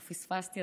או פספסתי,